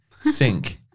Sink